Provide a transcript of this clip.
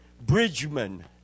bridgeman